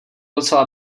docela